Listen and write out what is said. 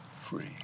free